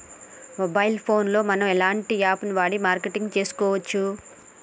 Mobile phone లో మనం ఎలాంటి యాప్ వాడి మార్కెటింగ్ తెలుసుకోవచ్చు?